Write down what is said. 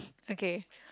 okay